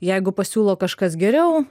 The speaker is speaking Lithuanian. jeigu pasiūlo kažkas geriau